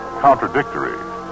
contradictory